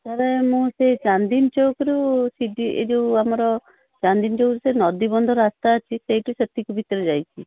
sir ମୁଁ ସେ ଚାନ୍ଦିନୀ ଚୌକରୁ ସି ଡ଼ି ଏ ଯେଉଁ ଆମର ଚାନ୍ଦିନୀ ସେ ନଦୀବନ୍ଧ ରାସ୍ତା ଅଛି ସେଇଟି ସେତିକି ଭିତରେ ଯାଇଛି